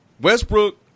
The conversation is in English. Westbrook